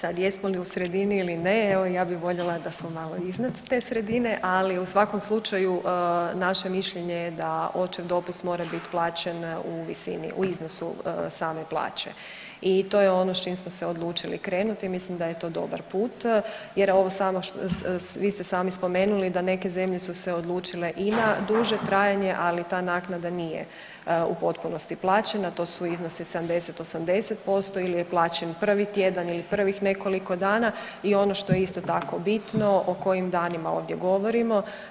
Sad jesmo li u sredini ili ne, evo ja bih voljela da smo malo iznad te sredine, ali u svakom slučaju naše mišljenje je da očev dopust mora biti plaćen u visini, u iznosu same plaće i to je ono s čim smo se odlučili krenuti, mislim da je to dobar put jer ovo samo, vi ste sami spomenuli da neke zemlje su se odlučile i na duže trajanja, ali ta naknada nije u potpunosti plaćena, to su iznosi 70, 80% ili je plaćen 1. tjedan ili prvih nekoliko dana i ono što je isto tako bitno, o kojim danima ovdje govorimo.